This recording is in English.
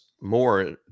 more